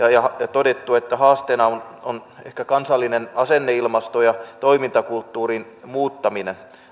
todettu että haasteena on on ehkä kansallinen asenneilmasto ja toimintakulttuurin muuttaminen